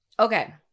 Okay